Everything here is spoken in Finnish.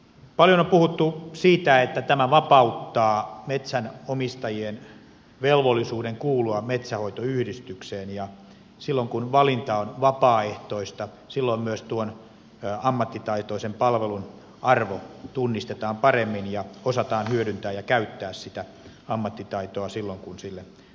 paljon on puhuttu siitä että tämä vapauttaa metsänomistajien velvollisuuden kuulua metsänhoitoyhdistykseen ja silloin kun valinta on vapaaehtoinen myös tuon ammattitaitoisen palvelun arvo tunnistetaan paremmin ja osataan hyödyntää ja käyttää sitä ammattitaitoa silloin kun sille tarvetta on